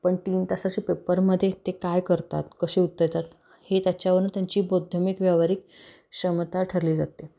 पण तीन तास असे पेपरमध्ये ते काय करतात कशी उत देतात हे त्याच्यावरनं त्यांची बौद्धिक व्यावहारिक क्षमता ठरली जाते